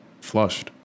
flushed